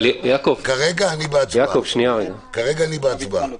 כרגע אני בהצבעה.